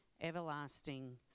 everlasting